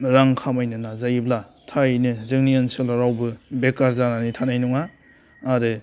रां खामायनो नाजायोब्ला थारैनो जोंनि ओनसोलाव रावबो बेखार जानानै थानाय नङा आरो